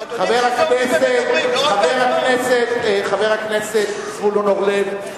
אדוני, חבר הכנסת זבולון אורלב,